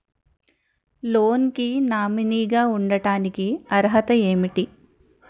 Loan కి nominee గా ఉండటానికి అర్హత ఏమిటి?